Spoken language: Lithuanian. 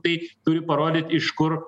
tai turi parodyt iš kur